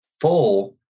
full